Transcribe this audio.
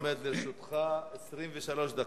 עומדות לרשותך 23 דקות.